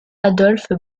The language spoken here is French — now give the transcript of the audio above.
adolphe